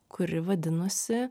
kuri vadinosi